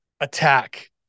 Attack